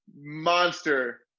monster